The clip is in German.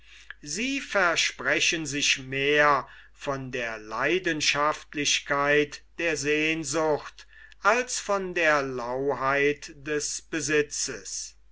sie versprechen sich mehr von der leidenschaftlichkeit der sehnsucht als von der lauheit des besitzes